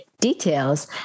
Details